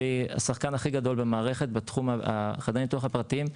שהוא השחקן הכי גדול במערכת בחדרי הניתוח הפרטיים,